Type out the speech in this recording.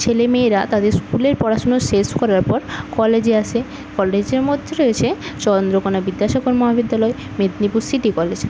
ছেলেমেয়েরা তাদের স্কুলের পড়াশুনো শেষ করার পর কলেজে আসে কলেজের মধ্যে রয়েছে চন্দ্রকোণা বিদ্যাসাগর মহাবিদ্যালয় মেদনীপুর সিটি কলেজ